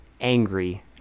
angry